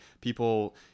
people